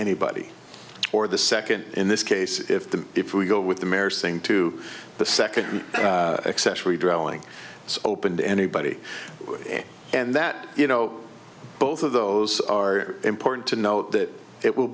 anybody for the second in this case if the if we go with the marriage thing to the second excess redrawing so open to anybody and that you know both of those are important to note that it will